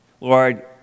Lord